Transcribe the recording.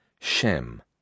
Shem